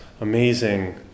amazing